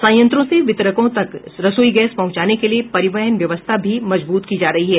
संयंत्रों से वितरकों तक रसोई गैस पहुंचाने के लिए परिवहन व्यवस्था भी मजबूत की जा रही है